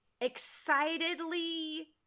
excitedly